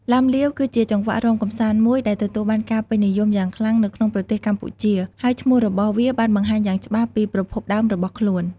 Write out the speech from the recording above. ឡាំលាវ គឺជាចង្វាក់រាំកម្សាន្តមួយដែលទទួលបានការពេញនិយមយ៉ាងខ្លាំងនៅក្នុងប្រទេសកម្ពុជា ហើយឈ្មោះរបស់វាបានបង្ហាញយ៉ាងច្បាស់ពីប្រភពដើមរបស់ខ្លួន។